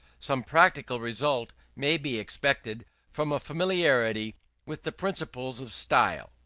some practical result may be expected from a familiarity with the principles of style.